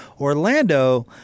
Orlando